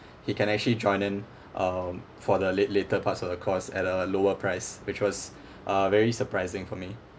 he can actually join in um for the la~ later parts of the course at a lower price which was uh very surprising for me